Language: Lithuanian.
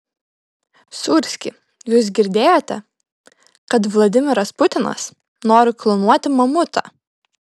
sūrski jūs girdėjote kad vladimiras putinas nori klonuoti mamutą